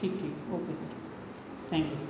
ठीक ठीक okay sir thank you